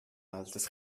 altes